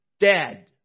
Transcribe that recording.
Dead